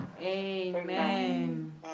Amen